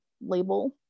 label